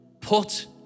put